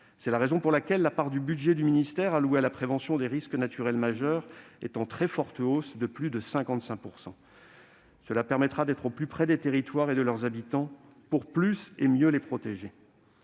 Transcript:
C'est la raison pour laquelle la part du budget du ministère allouée à la prévention des risques naturels majeurs est en très forte hausse, de plus de 55 %. Cela permettra d'être au plus près des territoires et de leurs habitants pour plus et mieux les protéger.